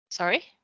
Sorry